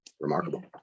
remarkable